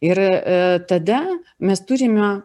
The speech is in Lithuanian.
ir e tada mes turime